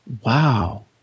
wow